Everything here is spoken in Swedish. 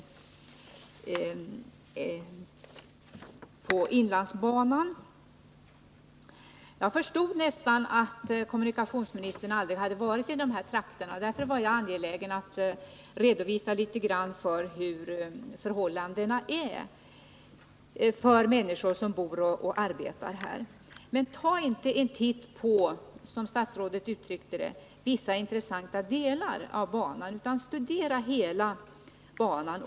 Jag har förstått att kommunikationsministern aldrig varit i dessa trakter. Därför var jag angelägen att få ge en liten redovisning av hur förhållandena är för de människor som bor och som arbetar där. Men ta då inte bara en titt på, som statsrådet uttryckte det, vissa intressanta delar av banan, utan studera hela banan.